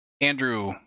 Andrew